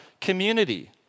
community